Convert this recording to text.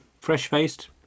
Fresh-faced